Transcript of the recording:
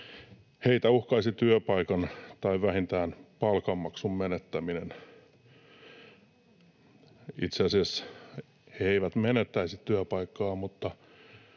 Heitä uhkaisi työpaikan tai vähintään palkanmaksun menettäminen. — Itse asiassa he eivät menettäisi työpaikkojaan, mutta